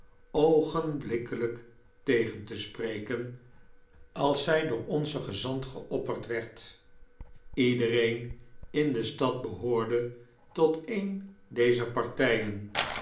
oogenblikkelijk tegen te spreken als zij door onzen gezant geopperd werd iedereen in de stad behoorde tot een dezer partijen